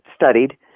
studied